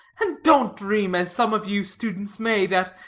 and don't dream, as some of you students may, that,